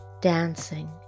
dancing